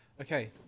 Okay